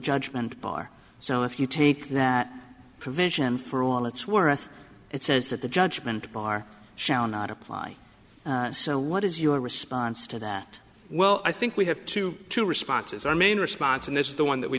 judgment bar so if you take that provision for all it's worth it says that the judgment bar shall not apply so what is your response to that well i think we have two two responses our main response and this is the one that we